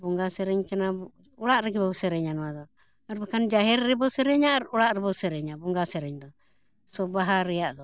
ᱵᱚᱸᱜᱟ ᱥᱮᱨᱮᱧ ᱠᱟᱱᱟ ᱚᱲᱟᱜ ᱨᱮᱜᱮ ᱵᱚᱱ ᱥᱮᱨᱮᱧᱟ ᱱᱚᱣᱟ ᱫᱚ ᱟᱨ ᱵᱟᱠᱷᱟᱱ ᱡᱟᱦᱮᱨ ᱨᱮᱵᱚᱱ ᱥᱮᱨᱮᱧᱟ ᱟᱨ ᱚᱲᱟᱜ ᱨᱮᱵᱚᱱ ᱥᱮᱨᱮᱧᱟ ᱵᱚᱸᱜᱟ ᱥᱮᱨᱮᱧ ᱫᱚ ᱥᱚᱵ ᱵᱟᱦᱟ ᱨᱮᱭᱟᱜ ᱫᱚ